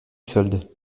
soldes